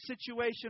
situation